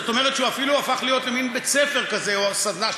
זאת אומרת שהוא אפילו הפך להיות מין בית-ספר כזה או סדנה,